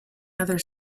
other